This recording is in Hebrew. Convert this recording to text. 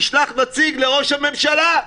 לא, אמרו, נשלח נציג לראש הממשלה,